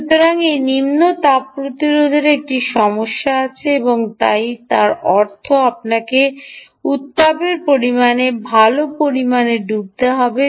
সুতরাং এই নিম্ন তাপ প্রতিরোধের একটি সমস্যা আছে এবং তাই যার অর্থ আপনাকে উত্তাপের পরিমাণে ভাল পরিমাণে ডুবতে হবে